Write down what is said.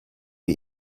wie